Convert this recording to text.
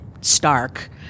Stark